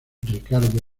ricardo